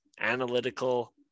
analytical